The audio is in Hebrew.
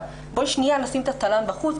נשים את התל"ן בחוץ,